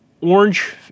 Orange